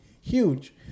huge